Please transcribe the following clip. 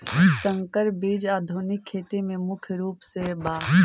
संकर बीज आधुनिक खेती में मुख्य रूप से बा